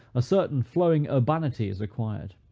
a certain flowing urbanity is acquired.